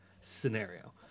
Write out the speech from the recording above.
scenario